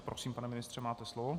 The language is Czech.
Prosím, pane ministře, máte slovo.